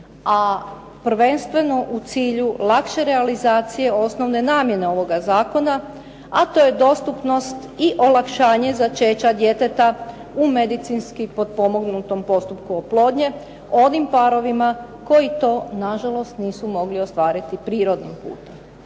a prvenstveno u cilju lakše realizacije osnovne namjene ovoga zakona, a to je dostupnost i olakšanje začeća djeteta u medicinski potpomognutom postupku oplodnje onim parovima koji to nažalost nisu mogli ostvariti prirodnim putem.